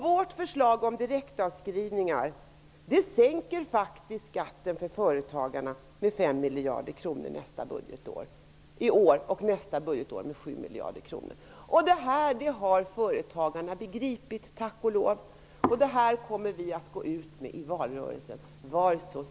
Vårt förslag om direktavskrivning sänker faktiskt skatten för företagarna med 5 miljarder kronor detta budgetår och med 7 miljarder kronor nästa budgetår. Detta har företagarna tack och lov begripit, och vi kommer att gå ut i valrörelsen med vårt förslag.